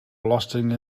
belasting